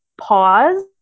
pause